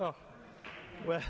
oh well